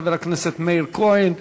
חבר הכנסת מאיר כהן.